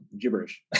gibberish